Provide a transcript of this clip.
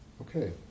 Okay